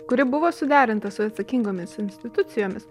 kuri buvo suderinta su atsakingomis institucijomis